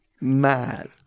Mad